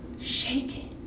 shaking